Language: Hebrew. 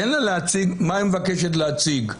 תן לה להציג מה שהיא מבקשת להציג.